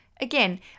Again